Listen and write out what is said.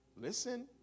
listen